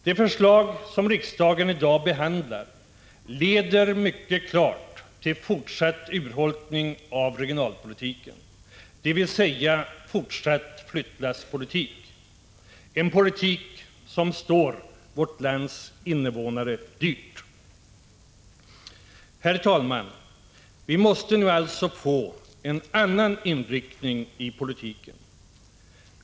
Det förslag som riksdagen i dag behandlar leder till fortsatt urholkning av regionalpolitiken, dvs. fortsatt flyttlasspolitik. En politik som står vårt lands invånare dyrt. Herr talman! Vi måste nu få en annan viljeinriktning i politiken.